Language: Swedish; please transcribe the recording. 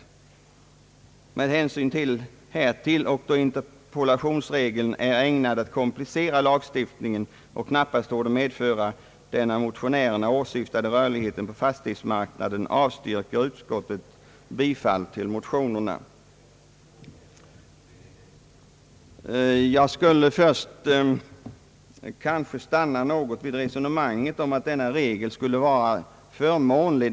Med hänsyn härtill och då en interpolationsregel är ägnad att komplicera lagstiftningen och knappast torde medföra den av motionärerna åsyftade rörligheten på fastighetsmarknaden avstyrker utskottet bifall till motionerna.» Jag vill först stanna något vid resonemanget om att denna regel skulle vara förmånlig.